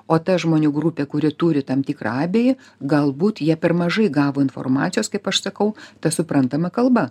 o ta žmonių grupė kuri turi tam tikrą abejį galbūt jie per mažai gavo informacijos kaip aš sakau ta suprantama kalba